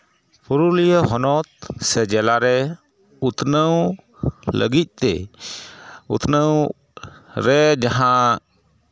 ᱯᱩᱨᱩᱞᱤᱭᱟᱹ ᱦᱚᱱᱚᱛ ᱥᱮ ᱡᱮᱞᱟᱨᱮ ᱩᱛᱱᱟᱹᱣ ᱞᱟᱹᱜᱤᱫ ᱛᱮ ᱩᱛᱱᱟᱹᱣ ᱨᱮ ᱡᱟᱦᱟᱸ